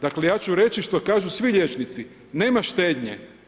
Dakle ja ću reći što kažu svi liječnici, nema štednje.